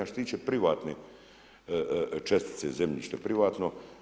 A što se tiče privatne čestice zemljište je privatno.